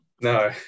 No